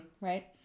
Right